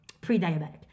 pre-diabetic